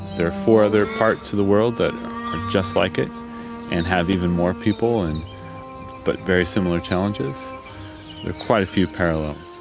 there are four other part of so the world that are just like it and have even more people and but very similar challenges. there are quite a few parallels.